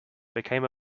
became